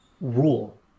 rule